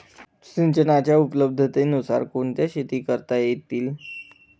सिंचनाच्या उपलब्धतेनुसार कोणत्या शेती करता येतील?